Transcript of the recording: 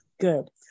good